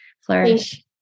flourish